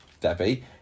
Debbie